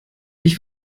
ich